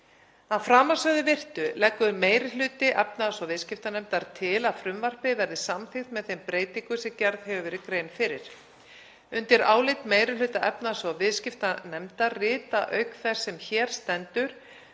Að framansögðu virtu leggur meiri hluti efnahags- og viðskiptanefndar til að frumvarpið verði samþykkt með þeim breytingum sem gerð hefur verið grein fyrir. Undir álit meiri hluta efnahags- og viðskiptanefndar rita, auk þess sem hér stendur,